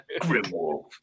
Grimwolf